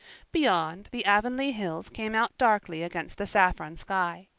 beyond, the avonlea hills came out darkly against the saffron sky.